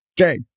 okay